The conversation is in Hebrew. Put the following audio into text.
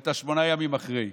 ואת שמונת הימים אחרי.